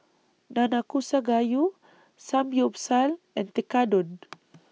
Nanakusa Gayu Samgyeopsal and Tekkadon